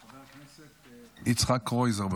חבר הכנסת יצחק קרויזר,